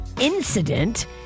incident